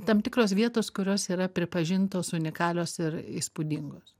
tam tikros vietos kurios yra pripažintos unikalios ir įspūdingos